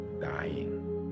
dying